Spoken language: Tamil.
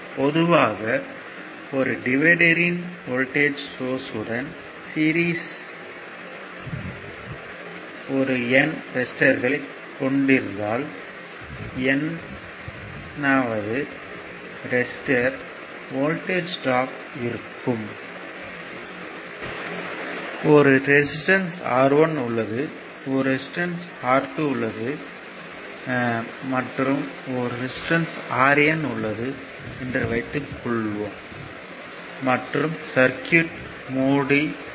பொதுவாக ஒரு டிவிடர்யின் வோல்ட்டேஜ் சோர்ஸ்யுடன் சீரிஸ்யில் ஒரு N ரெசிஸ்டர்களைக் கொண்டிருந்தால் n வது ரெசிஸ்டர்யின் வோல்ட்டேஜ் ட்ராப் இருக்கும் ஒரு ரெசிஸ்டன்ஸ் R1 உள்ளது ஒரு ரெசிஸ்டன்ஸ் R2 உள்ளது மற்றும் ஒரு ரெசிஸ்டன்ஸ் Rn உள்ளது என்று வைத்துக்கொள்வோம் மற்றும் சர்க்யூட் மூடி உள்ளது